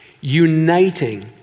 uniting